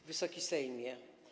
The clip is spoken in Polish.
Wysoki Sejmie!